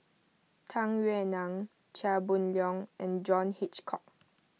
Tung Yue Nang Chia Boon Leong and John Hitchcock